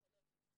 פסיכולוגים,